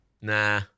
Nah